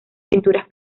pinturas